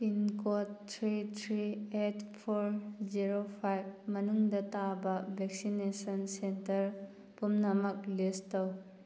pin code three three eight four zero five ꯃꯅꯨꯡꯗ ꯇꯥꯕ vaccination centre ꯄꯨꯝꯅꯃꯛ list ꯇꯧ